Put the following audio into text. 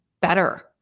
better